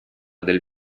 del